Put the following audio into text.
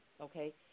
Okay